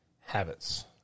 habits